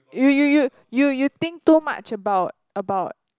you you you you you think too much about about